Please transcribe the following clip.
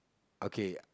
okay